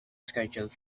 scheduled